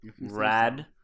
Rad